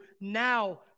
now